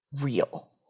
real